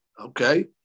Okay